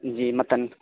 جی متن